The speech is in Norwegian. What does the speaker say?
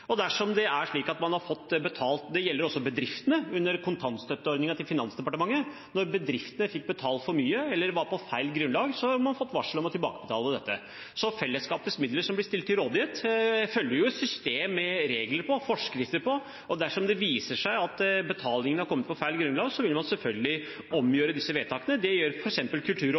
dersom det er slik at man har fått betalt for mye eller på feil grunnlag under kontantstøtteordningen til Finansdepartementet, har man fått varsel om å tilbakebetale dette. Fellesskapets midler som blir stilt til rådighet, følger jo et system med regler, forskrifter, og dersom det viser seg at betalingen har kommet på feil grunnlag, vil man selvfølgelig omgjøre disse vedtakene. Det